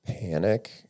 panic